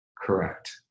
correct